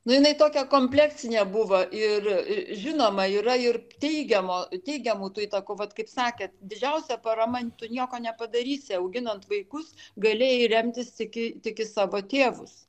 nu jinai tokia kompleksinė buvo ir žinoma yra ir teigiamo teigiamų tų įtakų vat kaip sakėt didžiausia parama tu nieko nepadarysi auginant vaikus galėjai remtis tik į tik į savo tėvus